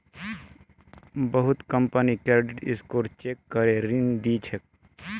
बहुत company credit score check करे ऋण दी छेक